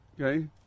Okay